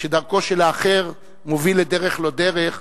שדרכו של האחר מוביל לדרך-לא-דרך,